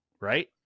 right